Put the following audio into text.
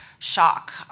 shock